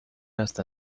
است